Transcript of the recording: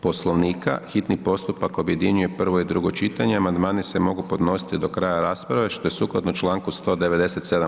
Poslovnika hitni postupak objedinjuje prvo i drugo čitanje, amandmani se mogu podnositi do kraja rasprave što je sukladno članku 197.